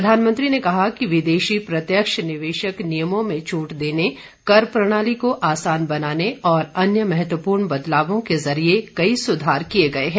प्रधानमंत्री ने कहा कि विदेशी प्रत्यक्ष निवेशक नियमों में छूट देने कर प्रणाली को आसान बनाने और अन्य महत्वपूर्ण बदलावों के जरिए कई सुधार किए गए हैं